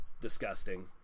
disgusting